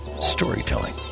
storytelling